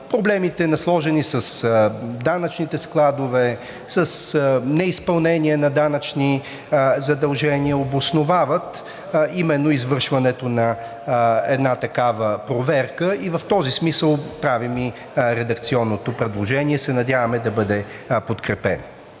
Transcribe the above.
проблемите, насложени с данъчните складове, с неизпълнение на данъчни задължения обосновават именно извършването на една такава проверка и в този смисъл правим редакционното предложение и се надяваме да бъде подкрепено.